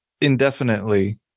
indefinitely